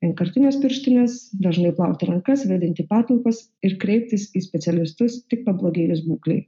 vienkartines pirštines dažnai plauti rankas vėdinti patalpas ir kreiptis į specialistus tik pablogėjus būklei